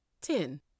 Ten